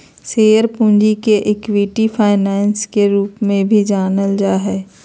share पूंजी के equity financing के रूप में भी जानल जा हइ